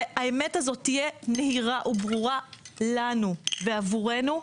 והאמת הזאת תהיה נהירה וברורה לנו ועבורנו,